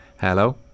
hello